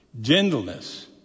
gentleness